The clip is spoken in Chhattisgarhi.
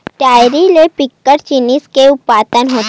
डेयरी ले बिकट जिनिस के उत्पादन होथे